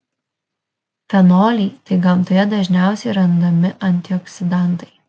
fenoliai tai gamtoje dažniausiai randami antioksidantai